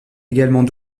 également